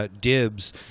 Dibs